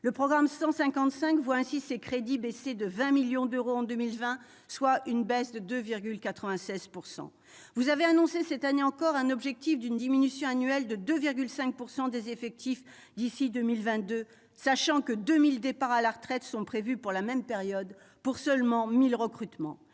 Le programme 155 voit ainsi ses crédits baisser, en 2020, de 20 millions d'euros, soit de 2,96 %. Vous avez annoncé cette année encore un objectif de diminution de 2,5 % par an des effectifs, d'ici à 2022, sachant que 2 000 départs à la retraite sont prévus pour la même période contre seulement 1 000 recrutements.